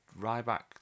Ryback